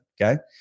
Okay